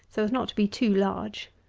so as not to be too large.